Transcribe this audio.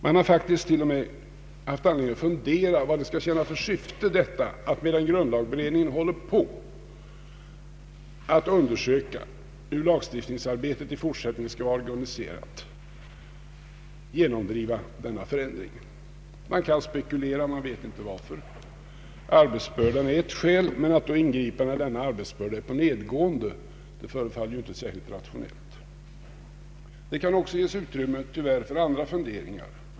Man har faktiskt till och med haft anledning att fundera över vad det skall tjäna för syfte, att medan grundlagberedningen håller på att undersöka hur lagstiftningsarbetet i fortsättningen skall vara organiserat, genomdriva denna förändring. Man kan spekulera. Man vet inte varför detta görs. Arbetsbördan är ett skäl, men det förefaller inte särskilt rationeilt att ingripa när denna arbetsbörda är på nedgående. Det kan också, tyvärr, ges utrymme för andra funderingar.